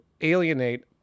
alienate